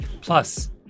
Plus